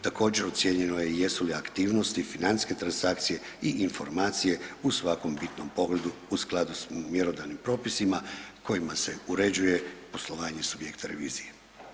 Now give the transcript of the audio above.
Također ocijenjeno je jesu li aktivnosti, financijske transakcije i informacije u svakom bitnom pogledu u skladu s mjerodavnim propisima kojima se uređuje poslovanje subjekta revizije.